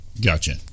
gotcha